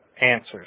answers